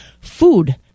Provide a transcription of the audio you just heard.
food